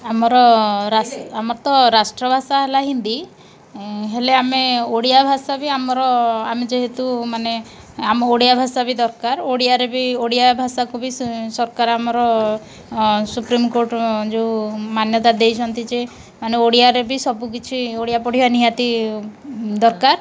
ଆମର ଆମର ତ ରାଷ୍ଟ୍ରଭାଷା ହେଲା ହିନ୍ଦୀ ହେଲେ ଆମେ ଓଡ଼ିଆ ଭାଷା ବି ଆମର ଆମେ ଯେହେତୁ ମାନେ ଆମ ଓଡ଼ିଆ ଭାଷା ବି ଦରକାର ଓଡ଼ିଆରେ ବି ଓଡ଼ିଆ ଭାଷାକୁ ବି ସରକାର ଆମର ସୁପ୍ରିମ୍ କୋର୍ଟ୍ ଯେଉଁ ମାନ୍ୟତା ଦେଇଛନ୍ତି ଯେ ମାନେ ଓଡ଼ିଆରେ ବି ସବୁକିଛି ଓଡ଼ିଆ ପଢ଼ିବା ନିହାତି ଦରକାର